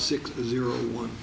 six zero one